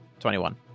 21